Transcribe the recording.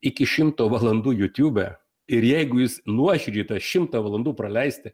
iki šimto valandų jutube ir jeigu jūs nuoširdžiai tą šimtą valandų praleisite